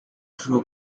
shoe